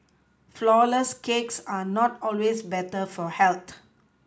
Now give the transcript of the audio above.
flourless cakes are not always better for health